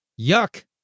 yuck